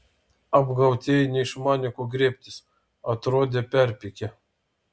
apgautieji neišmanė ko griebtis atrodė perpykę